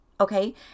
okay